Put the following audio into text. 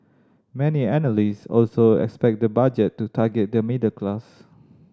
many analysts also expect the Budget to target the middle class